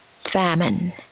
famine